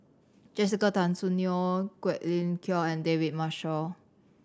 Jessica Tan Soon Neo Quek Ling Kiong and David Marshall